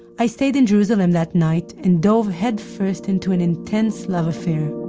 i stayed in jerusalem that night, and dove head first into an intense love affair